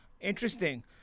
Interesting